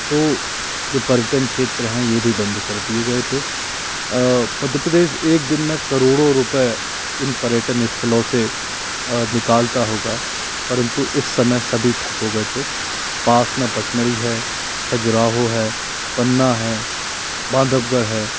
तो जो पर्यटन क्षेत्र हैं ये भी बंद कर दिए गए थे मध्य प्रदेश एक दिन में करोड़ों रुपये इन पर्यटन स्थलों से निकालता होगा परंतु इस समय सभी ठप हो गए थे पास में पचमढ़ी है खजुराहो है पन्ना है बांधवगढ़ है